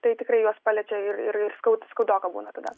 tai tikrai juos paliečia ir ir ir skaud skaudoka būna tada